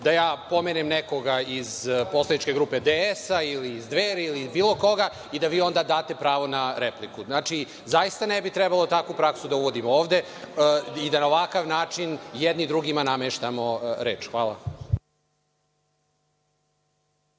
da ja pomenem nekoga iz poslaničke grupe DS ili Dveri ili bilo koga i da vi onda date pravo na repliku. Znači, zaista ne bi trebalo takvu praksu da uvodimo ovde i da na ovakav način jedni drugima nameštamo reč. Hvala.